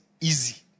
easy